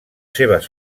seves